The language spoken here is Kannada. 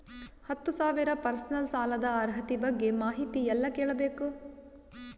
ಹತ್ತು ಸಾವಿರ ಪರ್ಸನಲ್ ಸಾಲದ ಅರ್ಹತಿ ಬಗ್ಗೆ ಮಾಹಿತಿ ಎಲ್ಲ ಕೇಳಬೇಕು?